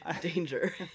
Danger